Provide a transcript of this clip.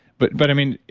but but i mean,